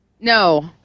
No